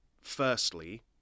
firstly